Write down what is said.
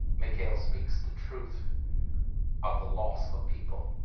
mckayle speaks the truth of the loss of people.